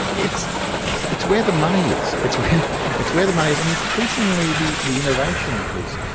it's it's where the money is, it's it's where the money is and increasingly the the innovation is.